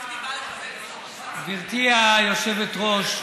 גברתי היושבת-ראש,